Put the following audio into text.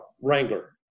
wrangler